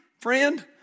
Friend